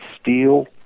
steel